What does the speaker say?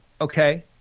okay